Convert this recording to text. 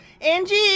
Angie